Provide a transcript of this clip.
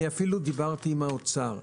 אני אפילו דיברתי עם האוצר.